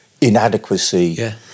inadequacy